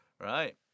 Right